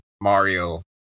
Mario